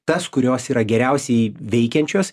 tas kurios yra geriausiai veikiančios